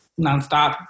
nonstop